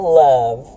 love